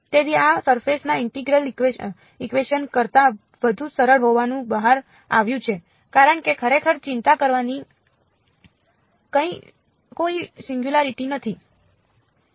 તેથી આ સરફેસ ના ઇન્ટિગ્રલ ઇકવેશન કરતાં વધુ સરળ હોવાનું બહાર આવ્યું છે કારણ કે ખરેખર ચિંતા કરવાની કોઈ સિંગયુંલારીટી નથી